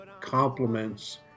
compliments